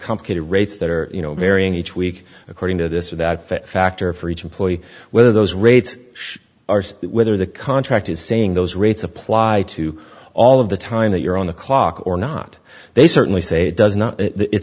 complicated rates that are you know varying each week according to this or that fit factor for each employee whether those rates should arced whether the contract is saying those rates apply to all of the time that you're on the clock or not they certainly say it does not it